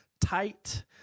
tight